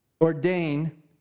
Ordain